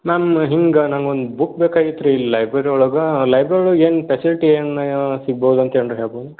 ma'am ಹಿಂಗೆ ನಂಗೆ ಒಂದು ಬುಕ್ ಬೇಕಾಗಿತ್ತು ರೀ ಇಲ್ಲಿ ಲೈಬ್ರರಿ ಒಳಗಾ ಲೈಬ್ರರಿಯೊಳ್ಗ ಏನು ಫೆಸಿಲಿಟಿ ಏನು ಸಿಗ್ಬೋದಂತ ಏನ್ರ ಹೇಳ್ಬೋದು ಏನು ರೀ